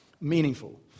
meaningful